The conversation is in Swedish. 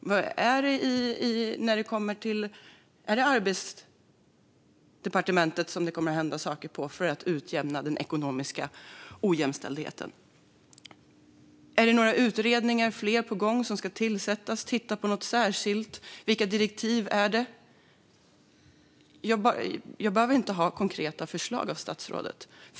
Är det på Arbetsmarknadsdepartementet det kommer att hända saker när det gäller att utjämna den ekonomiska ojämställdheten? Ska det tillsättas fler utredningar som ska titta på något särskilt? Vilka är direktiven? Jag behöver inte få konkreta, färdiga förslag av statsrådet.